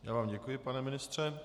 Já vám děkuji, pane ministře.